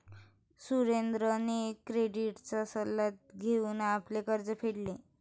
सुरेंद्रने क्रेडिटचा सल्ला घेऊन आपले कर्ज फेडले